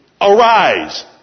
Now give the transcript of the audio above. arise